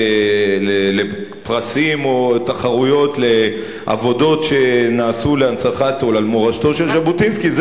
פרסים או תחרויות לעבודות שנעשו להנצחת מורשתו של ז'בוטינסקי,